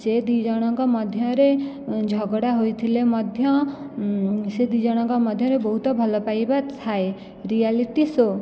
ସେ ଦି ଜଣଙ୍କ ମଧ୍ୟରେ ଝଗଡ଼ା ହୋଇଥିଲେ ମଧ୍ୟ ସେ ଦି ଜଣଙ୍କ ମଧ୍ୟରେ ବହୁତ ଭଲପାଇବା ଥାଏ ରିଆଲିଟି ସୋ